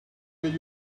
will